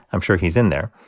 i'm sure he's in there.